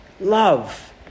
love